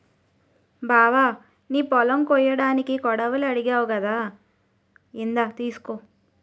బావా నీ పొలం కొయ్యడానికి కొడవలి అడిగావ్ కదా ఇందా తీసుకో